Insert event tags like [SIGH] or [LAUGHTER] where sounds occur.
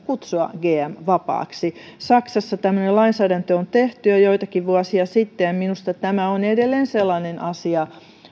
[UNINTELLIGIBLE] kutsua gm vapaaksi saksassa tämmöinen lainsäädäntö on tehty jo joitakin vuosia sitten ja minusta tämä on edelleen sellainen asia